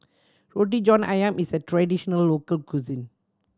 Roti John Ayam is a traditional local cuisine